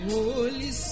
Holy